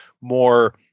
more